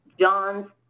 Johns